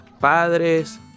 padres